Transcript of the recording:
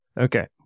okay